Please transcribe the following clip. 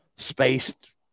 Spaced